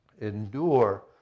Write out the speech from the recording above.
endure